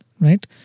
Right